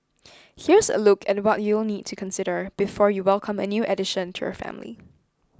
here's a look at what you will need to consider before you welcome a new addition to your family